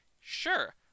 sure